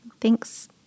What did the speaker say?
Thanks